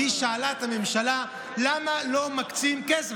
והיא שאלה את הממשלה למה לא מקצים כסף.